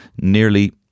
nearly